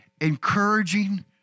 encouraging